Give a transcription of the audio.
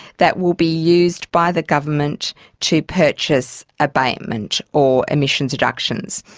that will be used by the government to purchase abatement or emissions reductions.